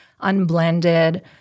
unblended